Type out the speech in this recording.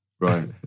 right